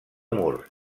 mur